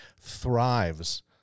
thrives